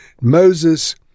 Moses